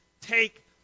take